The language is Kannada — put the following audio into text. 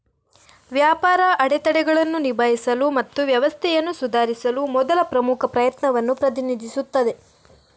ವ್ಯಾಪಾರ ಅಡೆತಡೆಗಳನ್ನು ನಿಭಾಯಿಸಲು ಮತ್ತು ವ್ಯವಸ್ಥೆಯನ್ನು ಸುಧಾರಿಸಲು ಮೊದಲ ಪ್ರಮುಖ ಪ್ರಯತ್ನವನ್ನು ಪ್ರತಿನಿಧಿಸುತ್ತದೆ